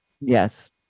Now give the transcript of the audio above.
Yes